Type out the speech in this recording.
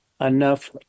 enough